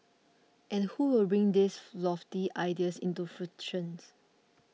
and who will bring these lofty ideas into fruitions